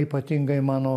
ypatingai mano